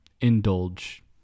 indulge